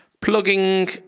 Plugging